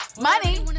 Money